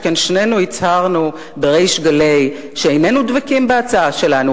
שכן שנינו הצהרנו בריש גלי שאיננו דבקים בהצעה שלנו.